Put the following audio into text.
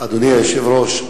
אדוני היושב-ראש,